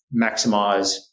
maximize